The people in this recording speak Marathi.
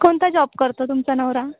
कोणता जॉब करतो तुमच्या नवरा